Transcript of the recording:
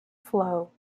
flow